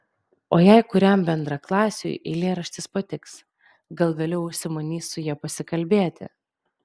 o jei kuriam bendraklasiui eilėraštis patiks gal vėliau užsimanys su ja pasikalbėti